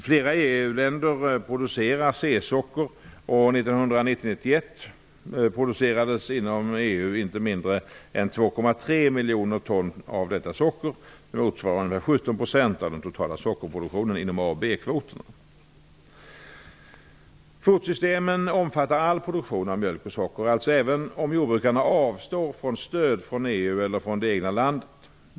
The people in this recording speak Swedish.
Flera EU-länder producerar C-socker, och 1990/91 producerades inom EU inte mindre än 2,3 miljoner ton av detta socker, vilket motsvarar 17 % av den totala sockerproduktionen inom A och B-kvoten. Kvotsystemen omfattar all produktion av mjölk och socker, alltså även om jordbrukarna avstår från stöd från EU eller från det egna landet.